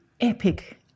epic